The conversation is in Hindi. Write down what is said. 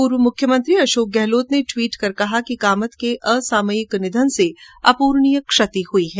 पूर्व मुख्यमंत्री अशोक गहलोत ने ट्वीट कर कहा कि कामत के असामयिक निधन से अप्रणीय क्षति हुई है